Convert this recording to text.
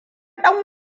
ɗan